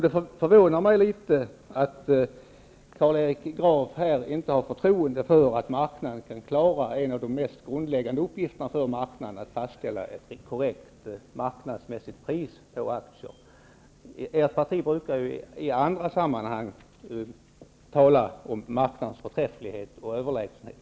Det förvånar mig litet att Carl Fredrik Graf inte har förtroende för att marknaden kan klara en av de mest grundläggande uppgifterna för marknaden, att fastställa ett korrekt marknadsmässigt pris på aktier. Ert parti brukar i andra sammanhang tala om marknadens förträfflighet och överlägsenhet.